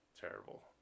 Terrible